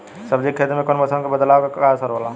सब्जी के खेती में मौसम के बदलाव क का असर होला?